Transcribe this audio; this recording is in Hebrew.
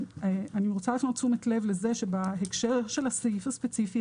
אני רוצה להפנות תשומת לב לזה שבהקשר הזה של הסעיף הספציפי